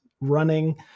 running